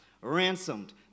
Ransomed